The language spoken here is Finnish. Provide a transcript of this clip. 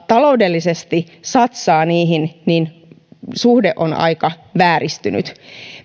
taloudellisesti satsaa niihin niin suhde on aika vääristynyt